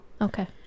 Okay